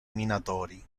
minatori